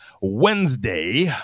Wednesday